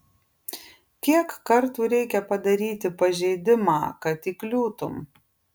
kiek kartų reikia padaryti pažeidimą kad įkliūtum